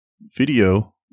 video